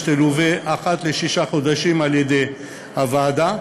תלווה אחת לשישה חדשים על-ידי הוועדה,